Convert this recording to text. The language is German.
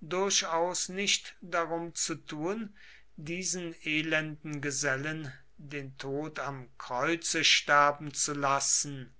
durchaus nicht darum zu tun diesen elenden gesellen den tod am kreuze sterben zu lassen